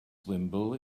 wimble